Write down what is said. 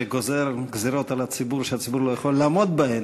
שגוזר על הציבור גזירות שהציבור לא יכול לעמוד בהן.